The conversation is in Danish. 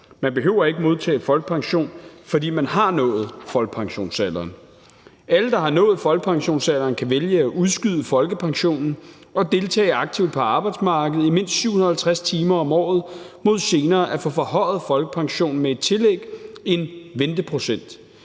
Man behøver ikke at modtage folkepension, fordi man har nået folkepensionsalderen. Alle, der har nået folkepensionsalderen, kan vælge at udskyde folkepensionen og deltage aktivt på arbejdsmarkedet i mindst 750 timer om året mod senere at få forhøjet folkepensionen med et tillæg, en venteprocent.